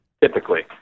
typically